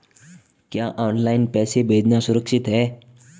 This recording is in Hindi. क्या ऑनलाइन पैसे भेजना सुरक्षित है?